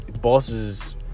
bosses